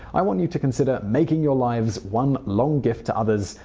i want you to consider making your lives one long gift to others,